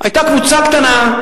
היתה קבוצה קטנה,